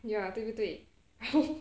ya 对不对